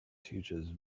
teaches